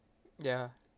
ya